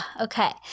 Okay